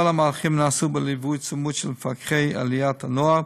כל המהלכים נעשו בלווי צמוד של מפקחי עליית הנוער,